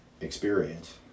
experience